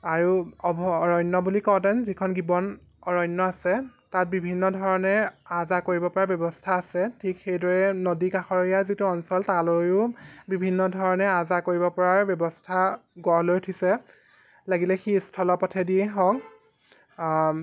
আৰু অভ অৰণ্য বুলি কওঁতে যিখন গিবন অৰণ্য আছে তাত বিভিন্ন ধৰণে আহ যাহ কৰিব পৰা ব্যৱস্থা আছে ঠিক সেইদৰে নদী কাষৰীয়া যিটো অঞ্চল তালৈও বিভিন্ন ধৰণে আহ যাহ কৰিব পৰাৰ ব্যৱস্থা গঢ় লৈ উঠিছে লাগিলে সি স্থলপথে দিয়ে হওক